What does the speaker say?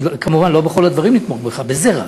כמובן לא בכל הדברים נתמוך בך, רק בזה.